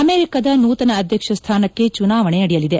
ಅಮೆರಿಕಾದ ನೂತನ ಅಧ್ಯಕ್ಷ ಸ್ಥಾನಕ್ಕೆ ಚುನಾವಣೆ ನಡೆಯಲಿದೆ